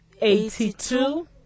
eighty-two